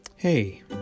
Hey